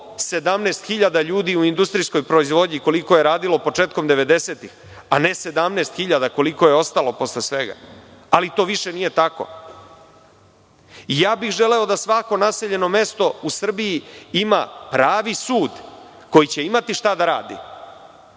117.000 ljudi u industrijskoj proizvodnji, koliko je radilo početkom 90-ih, a ne 17.000 koliko je ostalo posle svega. Ali, to više nije tako. I želeo bih da svako naseljeno mesto u Srbiji ima pravi sud, koji će imati šta da radi